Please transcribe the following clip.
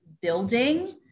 building